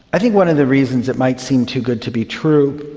i think one of the reasons it might seem too good to be true,